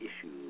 issues